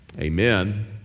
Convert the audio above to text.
Amen